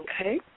Okay